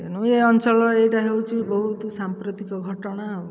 ତେଣୁ ଏ ଅଞ୍ଚଳର ଏଇଟା ହେଉଛି ବହୁତ ସାମ୍ପ୍ରତିକ ଘଟଣା ଆଉ